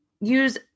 use